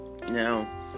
Now